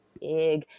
big